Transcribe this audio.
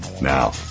Now